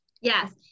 Yes